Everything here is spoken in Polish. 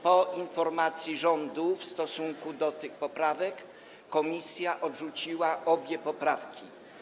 Po informacji rządu w stosunku do tych poprawek komisja odrzuciła obie poprawki.